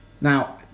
Now